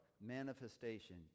manifestation